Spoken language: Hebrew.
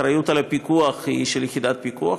האחריות לפיקוח היא של יחידת הפיקוח,